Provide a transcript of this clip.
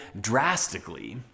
drastically